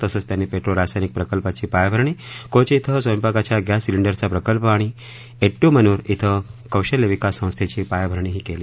तसंच त्यांनी पेट्रोरासायनिक प्रकल्पाची पायाभरणी कोची कें स्वयंपाकाच्या गॅस सिलिंडरचा प्रकल्प आणि एडूमनुर बें कौशल्य विकास संस्थेची पायाभरणीही केली